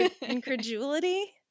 incredulity